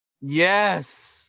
yes